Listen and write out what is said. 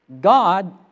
God